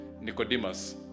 Nicodemus